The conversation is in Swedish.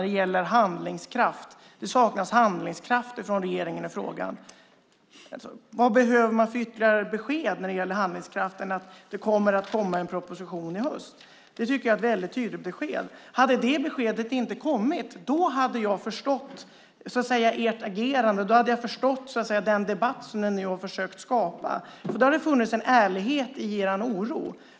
Regeringen sägs sakna handlingskraft i frågan, men vad behöver man för ytterligare besked när det gäller handlingskraft än att det kommer att komma en proposition i höst? Det tycker jag är ett väldigt tydligt besked. Hade detta besked inte kommit hade jag förstått ert agerande. Då hade jag förstått en debatt som den ni nu har försökt skapa, för då hade det funnits en ärlighet i er oro.